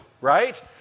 Right